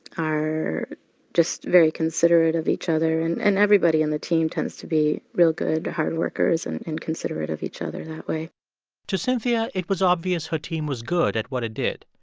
are just very considerate of each other, and and everybody in the team tends to be real good, hard workers and considerate of each other that way to cynthia, it was obvious her team was good at what it did.